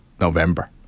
November